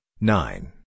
nine